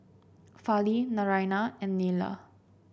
Fali Naraina and Neila